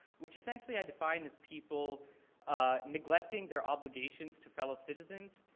which essentially i define as people ah neglecting their obligations to fellow citizens.